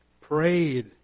prayed